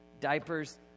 diapers